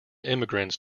immigrants